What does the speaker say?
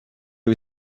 who